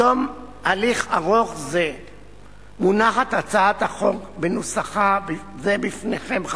בתום הליך ארוך זה מונחת הצעת החוק בנוסחה זה בפניכם,